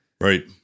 right